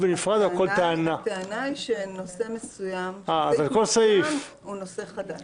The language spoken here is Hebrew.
הטענה היא שנושא מסוים הוא נושא חדש.